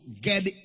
get